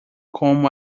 como